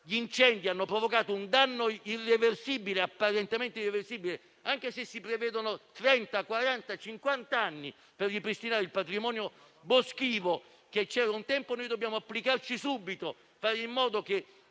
gli incendi hanno provocato un danno apparentemente irreversibile, anche se si prevedono trenta, quaranta, cinquant'anni per ripristinare il patrimonio boschivo che c'era un tempo, noi dobbiamo applicarci subito e fare in modo che